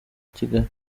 kigali